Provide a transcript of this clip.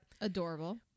Adorable